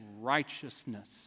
righteousness